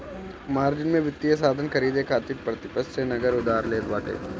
margin में वित्तीय साधन खरीदे खातिर प्रतिपक्ष से नगद उधार लेत बाटे